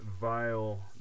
vile